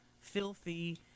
filthy